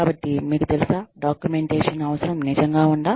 కాబట్టి మీకు తెలుసా డాక్యుమెంటేషన్ అవసరం నిజంగా ఉందా